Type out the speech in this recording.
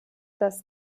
dass